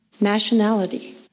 nationality